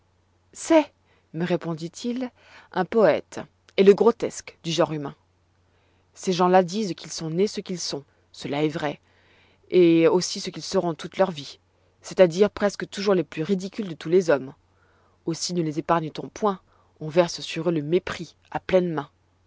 c'est me répondit-il un poëte et le grotesque du genre humain ces gens-là disent qu'ils sont nés ce qu'ils sont cela est vrai et aussi ce qu'ils seront toute leur vie c'est-à-dire presque toujours les plus ridicules de tous les hommes aussi ne les épargne t on point on verse sur eux le mépris à pleines mains